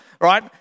right